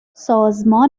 سازمان